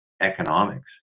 economics